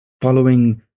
following